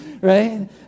right